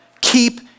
Keep